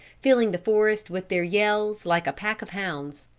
filling the forest with their yells like a pack of hounds.